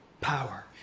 power